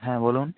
হ্যাঁ বলুন